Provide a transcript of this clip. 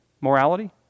morality